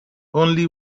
only